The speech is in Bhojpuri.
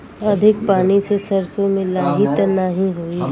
अधिक पानी से सरसो मे लाही त नाही होई?